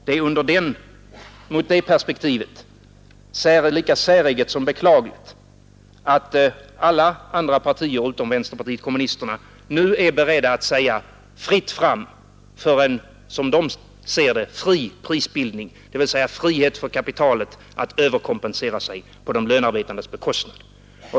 Det är mot det perspektivet lika säreget som beklagligt att alla andra partier än vänsterpartiet kommunisterna nu är beredda att säga fritt fram för en, som de ser det, fri prisbildning, dvs. frihet för kapitalet att överkompensera sig på de lönearbetandes bekostnad.